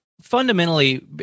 fundamentally